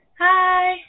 Hi